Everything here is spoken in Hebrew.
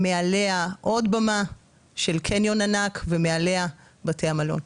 מעליה, עוד במה של קניון ענק, ומעליה בתי המלון.